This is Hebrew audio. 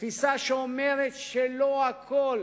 ותפיסה שאומרת שלא הכול